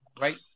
Right